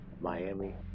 miami